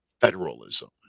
federalism